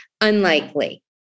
Unlikely